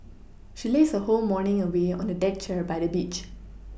she lazed her whole morning away on a deck chair by the beach